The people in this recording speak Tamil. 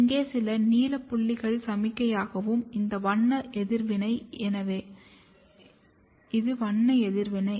இங்கே சில நீல புள்ளிகள் சமிக்ஞையாகும் இது வண்ண எதிர்வினை